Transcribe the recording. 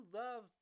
love